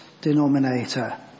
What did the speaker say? denominator